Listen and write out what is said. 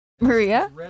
Maria